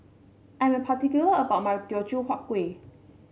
I am particular about my Teochew Huat Kuih